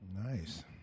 Nice